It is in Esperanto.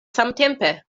samtempe